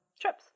trips